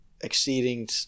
exceeding